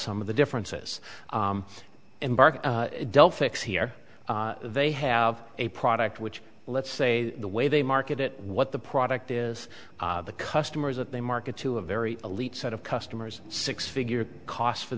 some of the differences in dark fix here they have a product which let's say the way they market it what the product is the customers that they market to a very elite set of customers six figure cost for